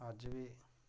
अज्ज बी